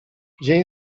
dzień